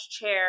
chair